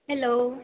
hello